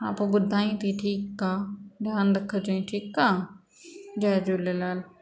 हा पोइ ॿुधाई थी ठीकु आहे ध्यानु रखिजे ठीकु आहे जय झूलेलाल